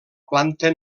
planta